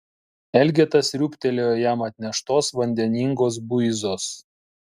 elgeta sriūbtelėjo jam atneštos vandeningos buizos